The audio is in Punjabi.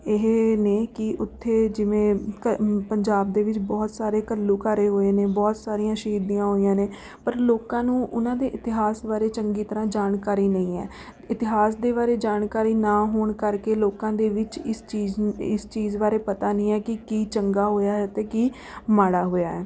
ਇਹ ਨੇ ਕਿ ਉੱਥੇ ਜਿਵੇਂ ਕ ਪੰਜਾਬ ਦੇ ਵਿੱਚ ਬਹੁਤ ਸਾਰੇ ਘੱਲੂਘਾਰੇ ਹੋਏ ਨੇ ਬਹੁਤ ਸਾਰੀਆਂ ਸ਼ਹੀਦੀਆਂ ਹੋਈਆਂ ਨੇ ਪਰ ਲੋਕਾਂ ਨੂੰ ਉਹਨਾਂ ਦੇ ਇਤਿਹਾਸ ਬਾਰੇ ਚੰਗੀ ਤਰ੍ਹਾਂ ਜਾਣਕਾਰੀ ਨਹੀਂ ਹੈ ਇਤਿਹਾਸ ਦੇ ਬਾਰੇ ਜਾਣਕਾਰੀ ਨਾ ਹੋਣ ਕਰਕੇ ਲੋਕਾਂ ਦੇ ਵਿੱਚ ਇਸ ਚੀਜ਼ ਇਸ ਚੀਜ਼ ਬਾਰੇ ਪਤਾ ਨਹੀਂ ਹੈ ਕਿ ਕੀ ਚੰਗਾ ਹੋਇਆ ਹੈ ਅਤੇ ਕੀ ਮਾੜਾ ਹੋਇਆ ਹੈ